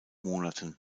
monaten